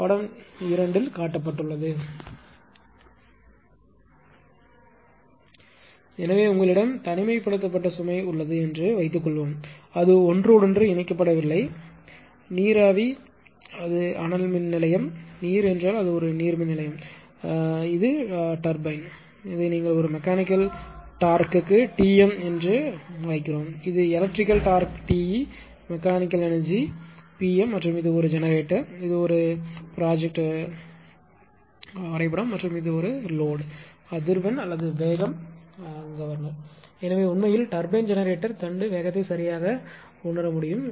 படம் 2 இல் காட்டப்பட்டுள்ளது எனவே உங்களிடம் தனிமைப்படுத்தப்பட்ட சுமை உள்ளது என்று வைத்துக்கொள்வோம் அது ஒன்றோடொன்று இணைக்கப்படவில்லை என்றால் நீராவி அது அனல் மின் நிலையம் நீர் என்றால் அது நீர்மின் நிலையம் மற்றும் இது விசையாழி இதை நீங்கள் ஒரு மெக்கானிக்கல் டார்க்கு Tm என்று அழைக்கிறீர்கள் இது electrical torque Te mechanical energy Pm மற்றும் இது ஒரு ஜெனரேட்டர் இது ஒரு திட்ட வரைபடம் மற்றும் இது சுமை அதிர்வெண் அல்லது வேகம் கவர்னர் எனவே இது உண்மையில் டர்பைன் ஜெனரேட்டர் தண்டு வேகத்தை யாக உணர முடியும்